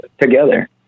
together